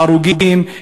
מההרוגים,